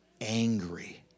angry